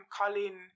Colin